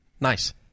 Nice